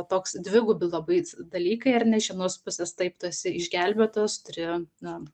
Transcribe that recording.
toks dvigubi labai dalykai ar ne iš vienos pusės taip tu esi išgelbėtas turi na